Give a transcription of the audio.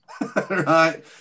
Right